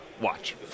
watch